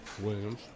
Williams